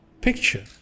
picture